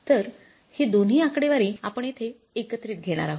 तर ही दोन्ही आकडेवारी आपण येथे एकत्रित घेणार आहोत